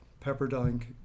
Pepperdine